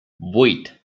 vuit